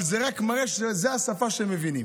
אבל זה רק מראה שזו השפה שהם מבינים.